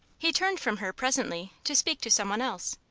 he turned from her, presently, to speak to some one else,